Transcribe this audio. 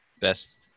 Best